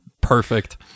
perfect